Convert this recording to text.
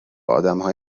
آدمهای